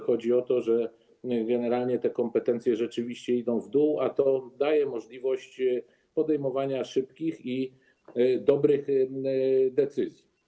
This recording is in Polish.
Chodzi o to, że generalnie te kompetencje rzeczywiście idą w dół, a to daje możliwość podejmowania szybkich i dobrych decyzji.